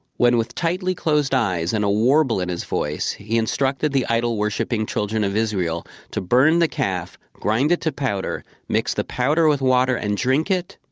when with tightly closed eyes and a warble in his voice, he instructed the idol-worshiping children of israel to burn the calf, grind it to powder, mix the powder with water and drink it,